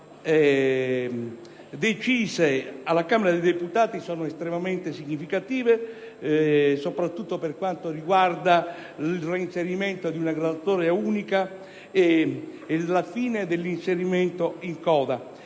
sono state decise alla Camera dei deputati sono estremamente significative, soprattutto per quanto riguarda il reinserimento di una graduatoria unica e la fine dell'inserimento in coda